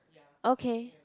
okay